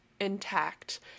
intact